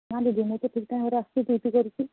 ହଁ ଦିଦି ମୁଁ ତ ଠିକ୍ ଟାଇମ୍ରେ ଆସୁଛି ଡ୍ୟୁଟି କରୁଛି